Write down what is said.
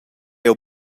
jeu